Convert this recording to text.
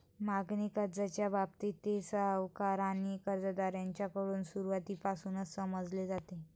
मागणी कर्जाच्या बाबतीत, ते सावकार आणि कर्जदार यांच्याकडून सुरुवातीपासूनच समजले जाते